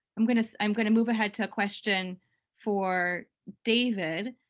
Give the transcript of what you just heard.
i'm gonna so i'm gonna move ahead to a question for david.